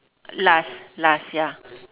last last ya